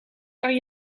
kan